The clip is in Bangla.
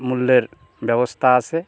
মূল্যের ব্যবস্থা আছে